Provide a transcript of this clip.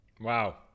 Wow